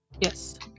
Yes